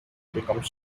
become